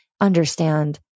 understand